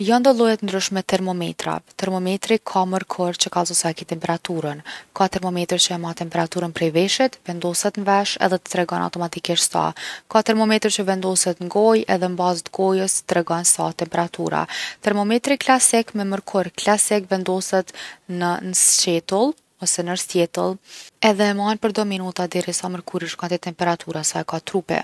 Jon do lloj t’ndryshme t’termometrave. Termometri ka mërkur që kallzon sa e ki temperaturën. Ka termometër qe e mat temperaturën prej veshit, vendoset n’vesh edhe t’tregon automatikisht sa. Ka termometër që vendoset n’gojë edhe n’bazë t’gojës tregon sa o temperatura. Termometri klasik me mërkur klasit vendoset në sqetull ose nërsjetëll edhe e man për do minuta derisa mërkuri shkon te temperatura sa e ka trupi.